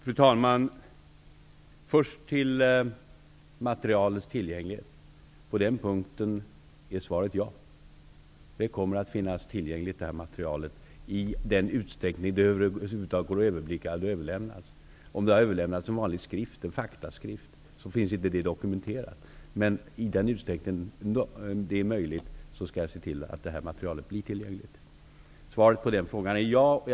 Fru talman! När det gäller frågan om materialets tillgänglighet vill jag svara ja. Materialet kommer att finnas tillgängligt i den utsträckning det över huvud taget går att veta att det överlämnats; om det har överlämnats som vanlig faktaskrift finns det inte dokumenterat. I den utsträckning det är möjligt skall jag se till att materialet blir tillgängligt. Svaret på den frågan är alltså ja.